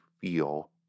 feel